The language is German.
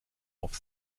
auf